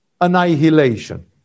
annihilation